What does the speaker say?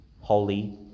holy